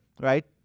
right